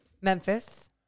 Memphis